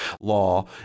law